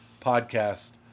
podcast